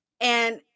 And-